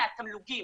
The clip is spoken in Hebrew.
מהתמלוגים.